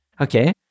Okay